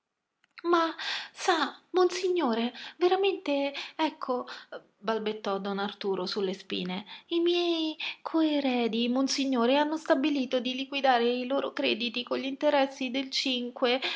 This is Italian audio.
ma sa monsignore veramente ecco balbettò don arturo su le spine i miei coeredi monsignore hanno stabilito di liquidare i loro crediti con gl'interessi del cinque